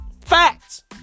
Facts